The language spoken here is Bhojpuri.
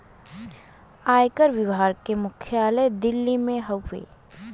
आयकर विभाग के मुख्यालय दिल्ली में हउवे